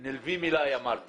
אמרתי